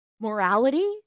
morality